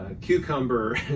cucumber